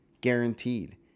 Guaranteed